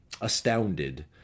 astounded